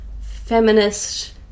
feminist